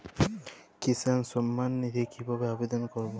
কিষান সম্মাননিধি কিভাবে আবেদন করব?